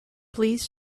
please